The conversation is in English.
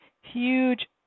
huge